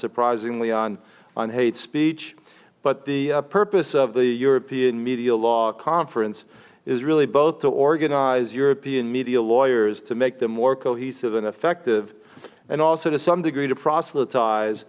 surprisingly on on hate speech but the purpose of the european media law conference is really both to organize european media lawyers to make them more cohesive and effective and also to some degree to proselytize